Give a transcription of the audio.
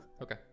Okay